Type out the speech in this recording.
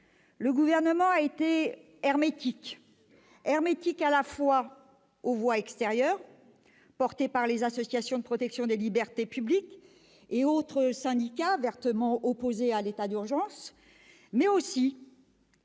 le Gouvernement a été hermétique aux voix extérieures des associations de protection des libertés publiques et autres syndicats vertement opposés à l'état d'urgence, mais aussi